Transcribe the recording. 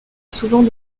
souvent